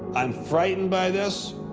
i'm frightened by this,